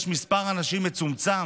יש מספר מצומצם